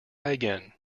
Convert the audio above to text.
again